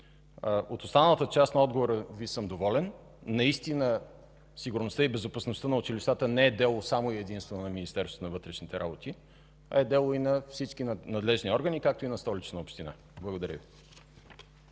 От останалата част на отговора Ви съм доволен. Наистина сигурността и безопасността на училищата не е дело само и единствено на Министерството на вътрешните работи, а е дело и на всички надлежни органи, както и на Столична община. Благодаря Ви.